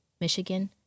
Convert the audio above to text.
Michigan